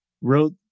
wrote